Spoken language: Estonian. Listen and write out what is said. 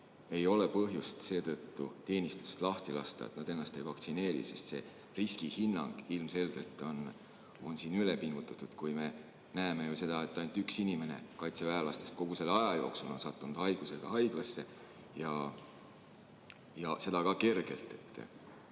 ei ole põhjust seetõttu teenistusest lahti lasta, et nad ennast ei vaktsineeri. See riskihinnang ilmselgelt on ülepingutatud. Me näeme ju seda, et ainult üks kaitseväelane kogu selle aja jooksul on sattunud selle haigusega haiglasse, ja seda ka kergelt.